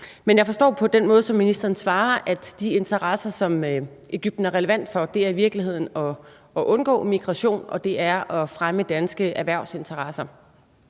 Men jeg forstår af den måde, som ministeren svarer på, at de interesser, som Egypten er relevant for, i virkeligheden er at undgå migration og at fremme danske erhvervsinteresser.